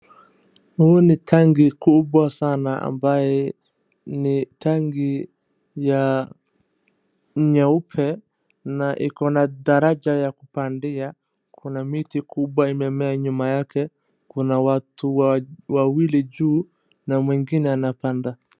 Huu ni tanki kubwa sana ambaye ni tangi ya nyeupe na iko na daraja ya kupandia. Kuna miti kubwa imemea nyuma yake. Kuna watu wawili juu na mwingine anapanda.